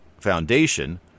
foundation